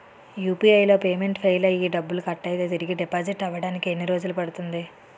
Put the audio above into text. UPI లో payment fail అయ్యి డబ్బులు కట్ అయితే తిరిగి డిపాజిట్ అవ్వడానికి ఎన్ని రోజులు పడుతుంది?